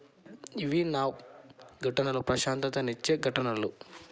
ఇవి నా ఘటనలు ప్రశాంతతను ఇచ్చే ఘటనలు